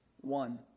one